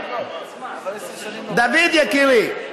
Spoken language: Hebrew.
דוד יקירי,